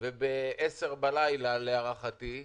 ב-10:00 בלילה, להערכתי,